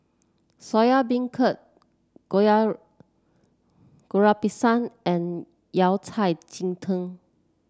Soya Beancurd Goreng Pisang and Yao Cai Ji Tang